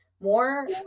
More